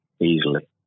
easily